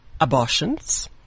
Abortions